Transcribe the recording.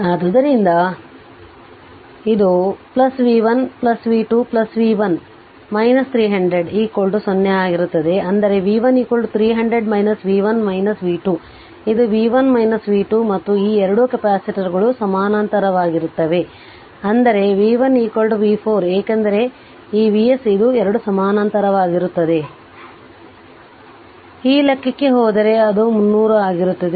ಆದ್ದರಿಂದ ಇದು v1 v2 v1 300 0 ಆಗಿರುತ್ತದೆ ಅಂದರೆ v1 300 v1 v2 ಇದು v1 v2 ಮತ್ತು ಈ 2 ಕೆಪಾಸಿಟರ್ಗಳು ಸಮಾನಾಂತರವಾಗಿರುತ್ತವೆ ಅಂದರೆ v1 v 4 ಏಕೆಂದರೆ ಈ vs ಇದು 2 ಸಮಾನಾಂತರವಾಗಿರುತ್ತದೆ ಆ ಲೆಕ್ಕಕ್ಕೆ ಹೋದರೆ ಅದು 300 ಆಗಿರುತ್ತದೆ